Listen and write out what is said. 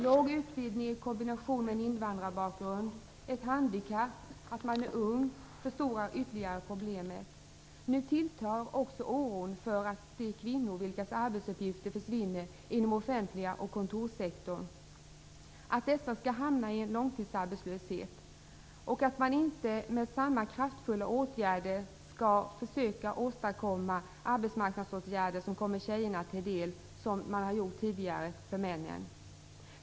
Låg utbildning i kombination med invandrarbakgrund, handikapp eller att man är ung förstorar ytterligare problemet. Nu tilltar också oron för att de kvinnor vilkas arbetsuppgifter försvinner inom offentliga sektorn och kontorssektorn skall hamna i långtidsarbetslöshet, och att man inte på samma kraftfulla sätt som man tidigare har gjort för männen skall försöka åstadkomma arbetsmarknadsåtgärder som kommer tjejerna till del.